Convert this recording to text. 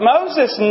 Moses